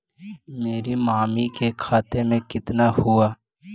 मेरा मामी के खाता में कितना हूउ?